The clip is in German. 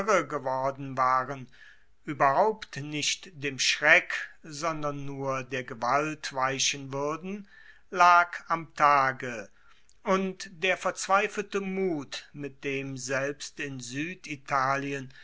geworden waren ueberhaupt nicht dem schreck sondern nur der gewalt weichen wuerden lag am tage und der verzweifelte mut mit dem selbst in sueditalien